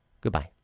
Goodbye